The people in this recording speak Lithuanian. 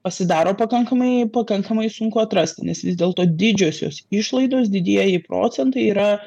pasidaro pakankamai pakankamai sunku atrasti nes vis dėlto didžiosios išlaidos didieji procentai yra